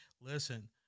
Listen